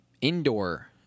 indoor